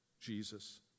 Jesus